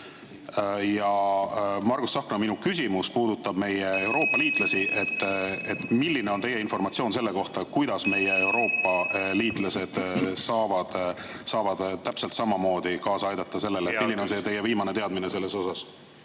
Margus Tsahkna, minu küsimus puudutab meie Euroopa liitlasi. (Juhataja helistab kella.) Milline on teie informatsioon selle kohta, kuidas meie Euroopa liitlased saavad täpselt samamoodi kaasa aidata sellele? Milline on teie viimane teadmine selles osas?